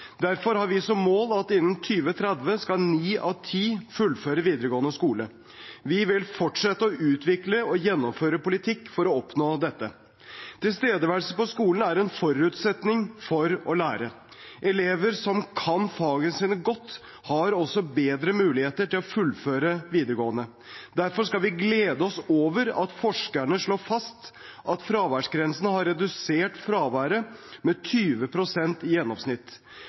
Derfor har vi som mål at innen 2030 skal ni av ti fullføre videregående skole. Vi vil fortsette å utvikle og gjennomføre politikk for å oppnå dette. Tilstedeværelse på skolen er en forutsetning for å lære. Elever som kan fagene sine godt, har også bedre muligheter til å fullføre videregående. Derfor skal vi glede oss over at forskerne slår fast at fraværsgrensen har redusert fraværet med 20 pst. i gjennomsnitt,